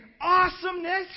awesomeness